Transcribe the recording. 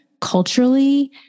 culturally